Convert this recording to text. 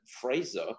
Fraser